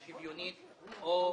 אין הצעה שוויונית או פרופורציונאלית.